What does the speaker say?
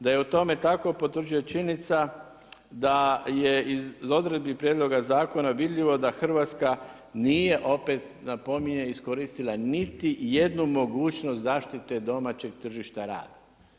Da je o tome takom, potvrđuje činjenica da je iz odredbi prijedloga zakona vidljivo da Hrvatska nije opet, napominjem, iskoristila niti jednu mogućnost zaštite domaćeg tržišta rada.